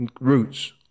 Roots